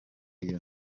iyo